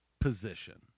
position